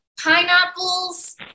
pineapples